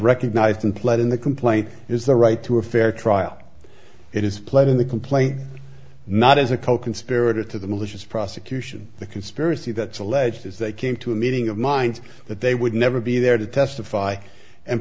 recognized and pled in the complaint is the right to a fair trial it is played in the complaint not as a coconspirator to the malicious prosecution the conspiracy that's alleged is they came to a meeting of minds that they would never be there to testify and